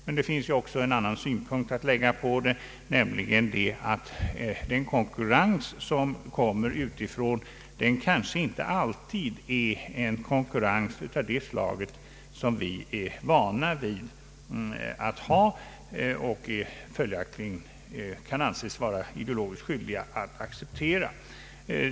Men det finns också en annan synpunkt att lägga på detta, nämligen att en konkurrens som kommer utifrån kanske inte alltid är en konkurrens av det slag som vi är vana vid att ha och följaktligen kan anses vara ideologiskt skyldiga att acceptera.